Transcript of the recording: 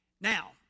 Now